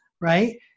right